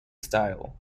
style